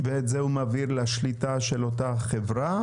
ואת זה הוא מעביר לשליטה של אותה חברה?